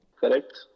Correct